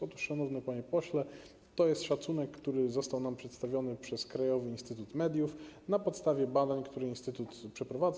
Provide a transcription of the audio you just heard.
Otóż, szanowny panie pośle, to jest szacunek, który został nam przedstawiony przez Krajowy Instytut Mediów na podstawie badań, które instytut przeprowadza.